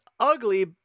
ugly